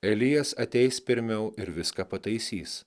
elijas ateis pirmiau ir viską pataisys